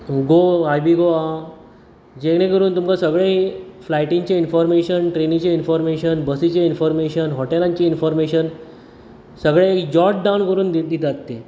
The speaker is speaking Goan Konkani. गो आयबीबो आहा जेणे करुन तुमकां सगळें फ्लायटींचे इन्फोर्मेशन ट्रेनीचें इन्फोर्मेशन बसीचें इन्फोर्मेशन हॉटेलांचे इन्फोर्मेशन सगळें जॅाट डावन करुन दी दितात ते